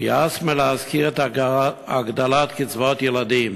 כי הס מלהזכיר את הגדלת קצבאות הילדים,